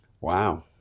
Wow